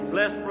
Bless